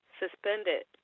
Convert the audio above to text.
suspended